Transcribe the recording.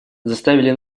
заставили